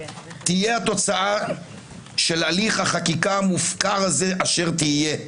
תהיה התוצאה של הליך החקיקה המופקר הזה אשר תהיה.